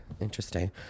Interesting